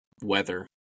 weather